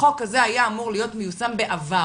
החוק הזה היה אמור להיות מיושם בעבר.